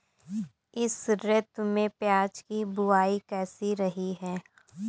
इस ऋतु में प्याज की बुआई कैसी रही है?